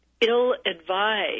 ill-advised